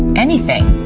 anything.